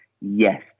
yes